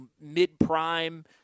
mid-prime